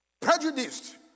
prejudiced